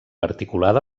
articulada